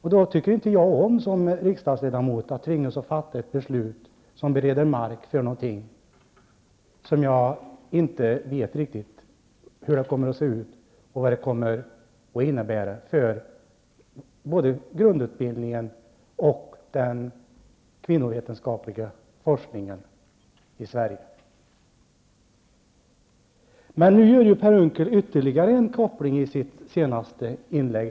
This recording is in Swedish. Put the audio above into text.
Jag tycker inte om att som riksdagsledamot tvingas fatta ett beslut som bereder mark för något som jag inte riktigt vet hur det kommer att se ut och vad det kommer att innebära för både grundutbildningen och den kvinnovetenskapliga forskningen i Sverige. I sitt senaste inlägg gjorde Per Unckel ytterligare en koppling.